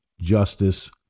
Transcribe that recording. justice